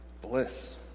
Bliss